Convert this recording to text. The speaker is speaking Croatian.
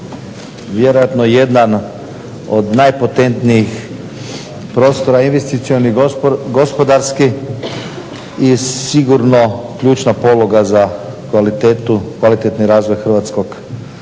vjerojatno jedan od najpotentnijih prostora investicionih, gospodarskih i sigurno ključna poluga za kvalitetu, kvalitetan razvoj hrvatskog